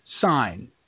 sign –